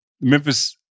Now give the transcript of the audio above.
Memphis